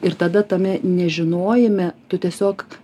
ir tada tame nežinojime tu tiesiog